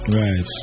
right